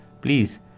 Please